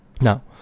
Now